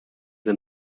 the